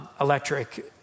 electric